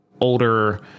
older